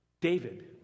David